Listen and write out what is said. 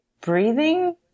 breathing